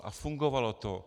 A fungovalo to.